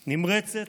נמרצת,